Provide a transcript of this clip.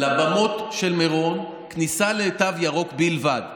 לבמות של מירון, כניסה לתו ירוק בלבד.